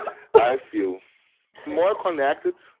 i feel more connected.